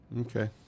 Okay